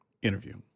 interview